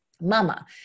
Mama